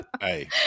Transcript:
hey